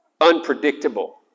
unpredictable